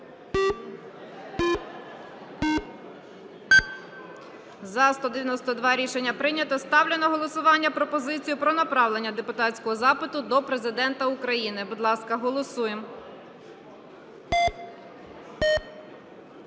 За-192 Рішення прийнято. Ставлю на голосування пропозицію про направлення депутатського запиту до Президента України. Будь ласка, голосуємо.